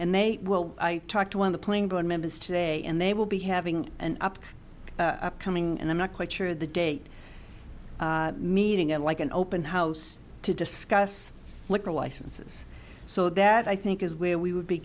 and they will i talk to one of the playing board members today and they will be having an up coming and i'm not quite sure the date meeting at like an open house to discuss liquor licenses so that i think is where we would be